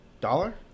Dollar